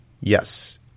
Yes